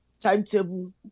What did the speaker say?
timetable